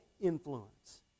influence